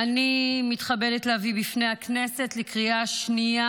אני מתכבדת להביא בפני הכנסת לקריאה השנייה